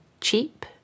cheap